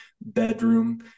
bedroom